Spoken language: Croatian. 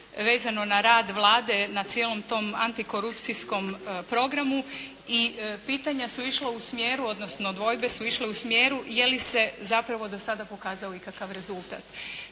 vezano na rad Vlade na cijelom tom antikorupcijskom programu i pitanja su išla u smjeru, odnosno dvojbe su išle u smjeru je li se zapravo do sada pokazao ikakav rezultat.